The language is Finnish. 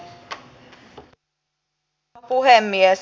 arvoisa rouva puhemies